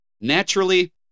Naturally